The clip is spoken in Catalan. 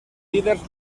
líders